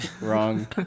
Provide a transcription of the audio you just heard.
Wrong